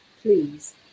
please